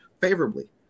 favorably